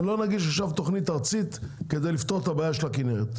לא נגיש עכשיו תוכנית ארצית כדי לפתור את הבעיה של הכנרת.